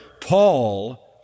Paul